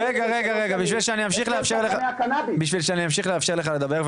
בשביל שאני אמשיך לאפשר לך לדבר,